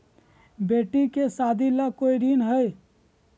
बेटी के सादी ला कोई ऋण हई?